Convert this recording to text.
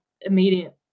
immediate